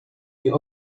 nie